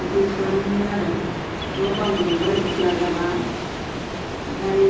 इफायदि खालामोमोन आरो न' बां लुबाय बुरजा जाब्ला ओमफाय आरो